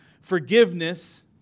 forgiveness